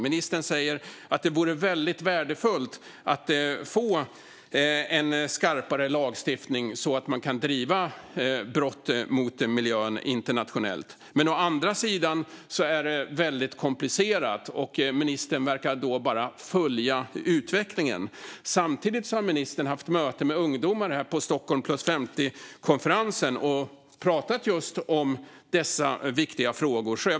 Ministern säger att det vore värdefullt att få en skarpare lagstiftning så att man kan driva frågor om brott mot miljön internationellt. Men å andra sidan är det komplicerat, och ministern verkar då bara följa utvecklingen. Samtidigt har ministern haft möten med ungdomar på Stockholm + 50-konferensen och pratat om just dessa viktiga frågor.